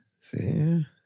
See